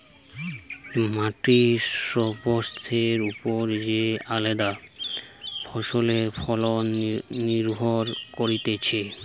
মাটির স্বাস্থ্যের ওপর যে আলদা ফসলের ফলন নির্ভর করতিছে